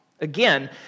Again